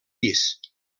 pis